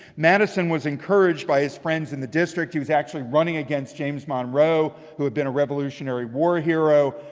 madison was encouraged by his friends in the district. he was actually running against james monroe, who had been a revolutionary war hero,